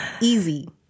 easy